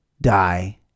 die